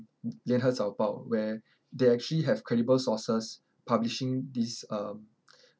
Lianhe Zaobao where they actually have credible sources publishing these um